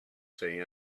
say